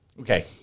Okay